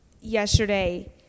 yesterday